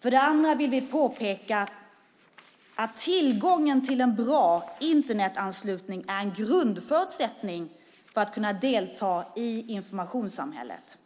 För det andra vill vi påpeka att tillgången till en bra Internetanslutning är en grundförutsättning för att kunna delta i informationssamhället.